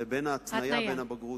לבין ההתניה לקבלת תעודת בגרות.